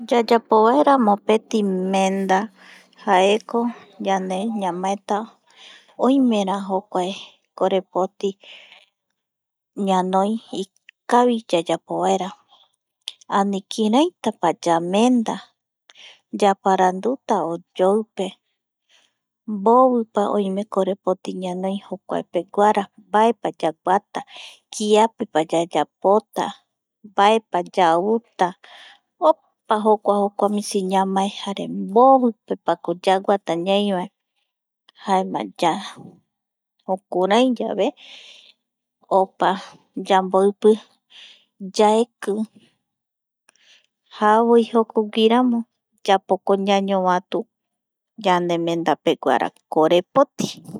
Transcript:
Yayapovaera mopeti menda jaeko ñane ñamaeta oimera jokuae korepoti ñanoi ikavi yayapovaera ani kiraitapa yamenda yaparanduta oyoipe mbovipa oime korepoti ñanoi jokuaepeguara mbaepa yaguata kiapepa yayapota mbaepa yauta opa jokua jokua misi, misi ñamae jare mbovipako yaguata ñai va jaema ya jukuraiyave opa yamboipi, yaeki javoi jokoguiramo yapoko ñañovatu yanemenda peguara korepoti yaikuatiata mbaembaeko yaguatavae mboviko jepitava, kiapeko yayapota menda jare kia kiape ko yapareata opaete jokua jokua ñamaeta jama yañovatuta korepoti pipeguara